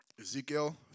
Ezekiel